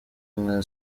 nka